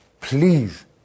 please